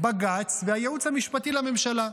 בג"ץ והייעוץ המשפטי לממשלה.